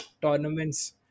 tournaments